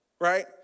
right